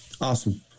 Awesome